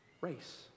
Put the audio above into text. race